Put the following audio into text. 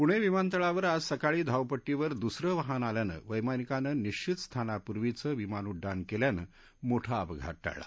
पुणे विमानतळावर आज सकाळी धावपट्टीवर दुसरं वाहन आल्यानं वैमानिकांनं निश्वित स्थानापूर्वीचं विमान उड्डाण केल्यानं मोठा अपघात टळला